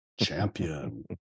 champion